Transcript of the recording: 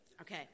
Okay